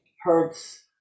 hertz